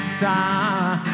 time